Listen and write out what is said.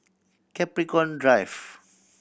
Capricorn Drive